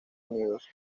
unidos